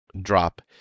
drop